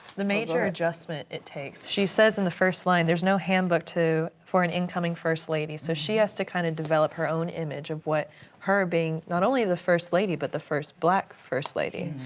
the major adjustment it takes. she says in the first line, there's no handbook for an incoming first lady. so she has to kind of develop her own image of what her being not only the first lady but the first black first lady.